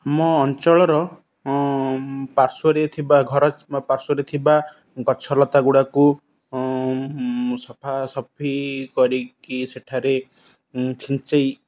ଆମ ଅଞ୍ଚଳର ପାର୍ଶ୍ୱରେ ଥିବା ଘର ପାର୍ଶ୍ୱରେ ଥିବା ଗଛଲତା ଗୁଡ଼ାକୁ ସଫାସଫି କରିକି ସେଠାରେ ଛିଞ୍ଚାଇ